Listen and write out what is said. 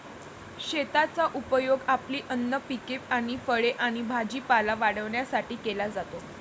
शेताचा उपयोग आपली अन्न पिके आणि फळे आणि भाजीपाला वाढवण्यासाठी केला जातो